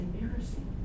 embarrassing